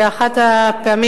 באחת הפעמים,